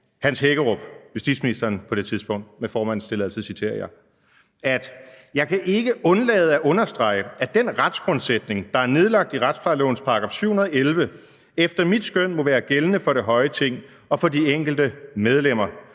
Hans Hækkerup, justitsministeren på det tidspunkt, nemlig, og med formandens tilladelse citerer jeg: Jeg kan ikke undlade at understrege, at den retsgrundsætning, der er nedlagt i retsplejelovens § 711 efter mit skøn må være gældende for det høje Ting og for de enkelte medlemmer.